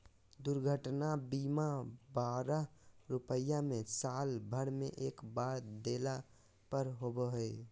दुर्घटना बीमा बारह रुपया में साल भर में एक बार देला पर होबो हइ